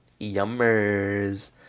Yummers